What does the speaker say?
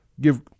give